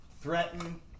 Threaten